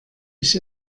ich